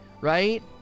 Right